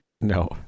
No